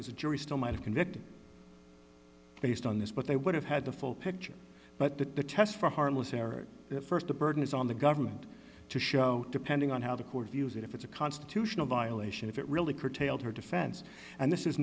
is the jury still might have convicted based on this but they would have had the full picture but the test for harmless error st the burden is on the government to show depending on how the court views it if it's a constitutional violation if it really curtailed her defense and this is